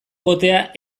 egotea